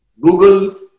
Google